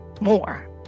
more